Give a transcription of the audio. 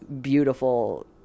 beautiful